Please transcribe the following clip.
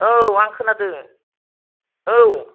औ आं खोनादों औ